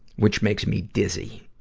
which makes me dizzy.